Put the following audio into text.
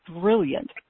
brilliant